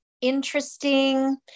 interesting